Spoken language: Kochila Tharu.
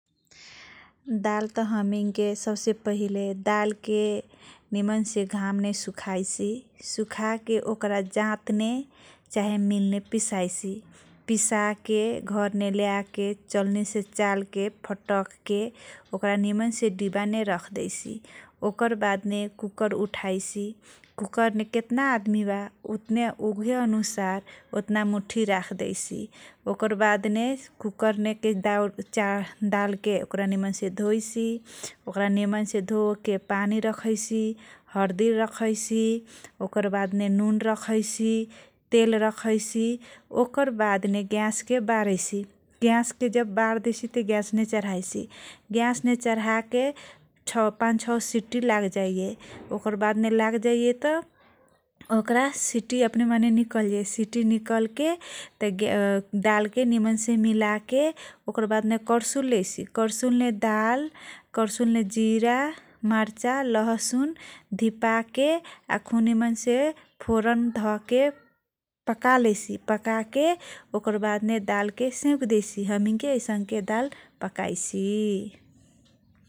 दालत हमैनके सबसे पहिले दालके निमनसे घामे सुखाइसी सुखाके ओकरा जातने चाहे मिलने पिसाइसी । पिसाके घरने लेयाके चलनिसे चालके फटकके ओकरा निमनसे डिबाने राख्दैसी । ओकरबादमे कुकर उठाइसी कुकरने केतना अदमीबा उतने उहे अनुसार ओतना मुठी राख्दैसी । ओकर बादने कुकरनेके दाउ चाउ दालके ओकरा निमनसे धोइसी ओकरा धोओके पानी रखैसी हरदी रखैसी ओकर बादने नुन रखैसी तेल रखैसी ओकर बादने ग्यासके बारैसी ग्यासके जब बार्दैसी तह ग्यासमे चरहाइसी । ग्यासमे चरहाके छौ पान छौ सीटी लागजाइय ओकर बादमे लागजाइय तह ओकरा सिटी अपने माने निकलजाइय सिटी निकलके तह डालके निमनसे मिलाके ओकर बादमे करसुल लेइसी करसुलने दालने करसुलने जिरा, मर्चा, लहसुन धिपाके आ खुब निमनसे फोरन धके पका लेइसी । पकाके ओकर बादमे दालके सेउक देइसी हमैनके आइसनके दाल पकाइसी ।